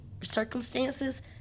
circumstances